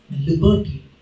liberty